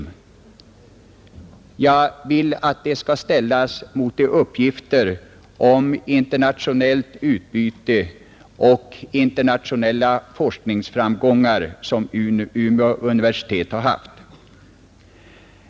Dessa ord skall ställas mot de lämnade uppgifterna om internationellt utbyte och internationella forskningsframgångar för Umeå universitet.